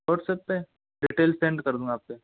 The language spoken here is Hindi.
सोच सकते हैं डिटेल सेंड कर दूंगा आप को